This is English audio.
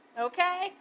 okay